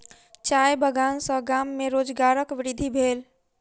चाय बगान सॅ गाम में रोजगारक वृद्धि भेल